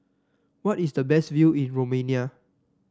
what is the best view in Romania